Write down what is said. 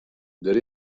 der